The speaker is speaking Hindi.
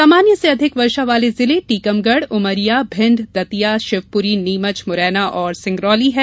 सामान्य से अधिक वर्षा वाले जिले टीकमगढ़ उमरिया भिण्ड दतिया शिवपुरी नीमच मुरैना और सिंगरौली हैं